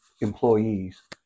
employees